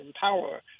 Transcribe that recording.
power